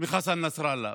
מחסן נסראללה,